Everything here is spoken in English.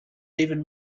even